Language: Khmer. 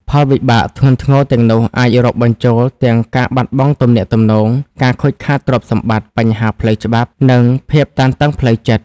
ផលវិបាកធ្ងន់ធ្ងរទាំងនោះអាចរាប់បញ្ចូលទាំង ការបាត់បង់ទំនាក់ទំនង ការខូចខាតទ្រព្យសម្បត្តិ បញ្ហាផ្លូវច្បាប់ និងភាពតានតឹងផ្លូវចិត្ត។